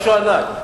משהו ענק.